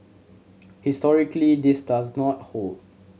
historically this does not hold